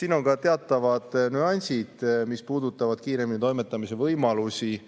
Siin on teatavad nüansid, mis puudutavad kiiremini toimetamise võimalusi.